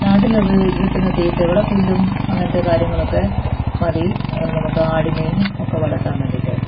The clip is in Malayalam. നാട്ടിലുപയോ കിട്ടുന്ന തീറ്റകളും പുല്ലും മറ്റു കാര്യങ്ങളൊക്കെ മതി നമുക്കാടിനെയും ഒക്കെ വളർത്താൻ വേണ്ടിയിട്ട്